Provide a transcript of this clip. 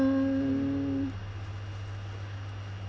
um